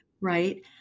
right